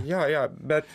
jo jo bet